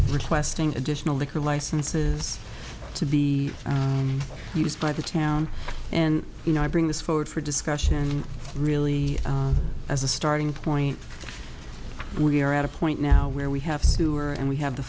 requesting additional liquor licenses to be used by the town and you know i bring this forward for discussion really as a starting point we are at a point now where we have sewer and we have the